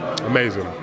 amazing